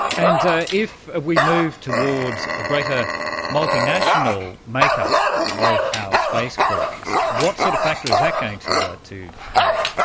and if we move towards a greater multinational make-up of our space crews, what sort of factor is that going to ah to have?